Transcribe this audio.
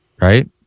Right